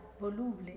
voluble